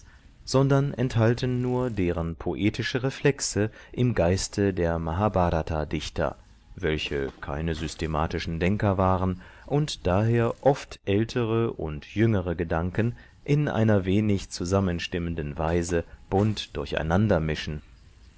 sondern enthalten nur deren poetische reflexe im geiste der mahbhrata dichter welche keine systematischen denker waren und daher oft ältere und jüngere gedanken in einer wenig zusammenstimmenden weise bunt durcheinander mischen